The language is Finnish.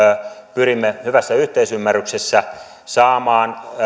pyrimme hyvässä yhteisymmärryksessä saamaan